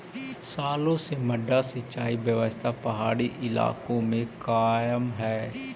सालो से मड्डा सिंचाई व्यवस्था पहाड़ी इलाका में कायम हइ